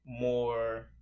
more